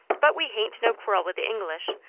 but we hain't no quarrel with the english,